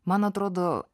man atrodo